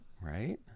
Right